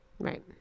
Right